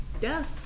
death